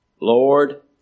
Lord